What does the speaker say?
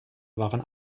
waren